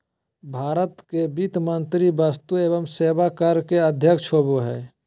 भारत के वित्त मंत्री वस्तु एवं सेवा कर के अध्यक्ष होबो हइ